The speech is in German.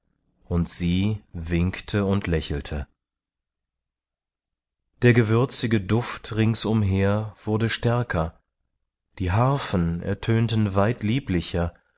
und sie winkte und lächelte der gewürzige duft ringsumher wurde stärker die harfen ertönten weit lieblicher